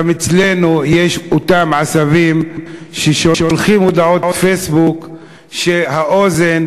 גם אצלנו יש אותם עשבים ששולחים הודעות פייסבוק שהאוזן,